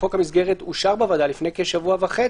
אחרי שחוק המסגרת אושר בוועדה ובמליאה לפני כשבוע וחצי,